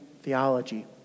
theology